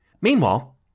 Meanwhile